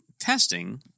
testing